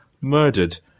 murdered